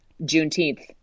juneteenth